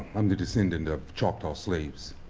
i'm the descendant of choctaw slaves,